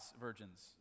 virgins